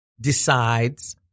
decides